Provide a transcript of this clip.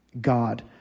God